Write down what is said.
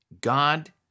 God